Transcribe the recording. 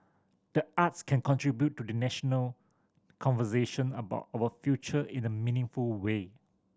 the arts can contribute to the national conversation about our future in a meaningful way